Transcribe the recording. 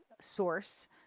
source